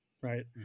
Right